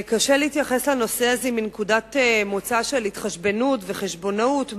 קשה להתייחס לנושא הזה מנקודת מוצא של התחשבנות וחשבונאות,